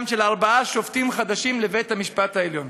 של ארבעה שופטים חדשים לבית-המשפט העליון.